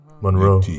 Monroe